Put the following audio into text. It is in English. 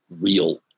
real